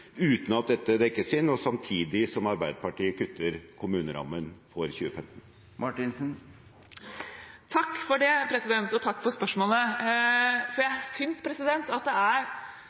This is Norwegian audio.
uten at det dekkes inn, og samtidig som Arbeiderpartiet kutter kommunerammen for 2015? Takk for spørsmålet. Jeg synes det er